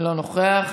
אינו נוכח,